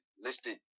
listed